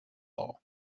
law